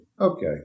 Okay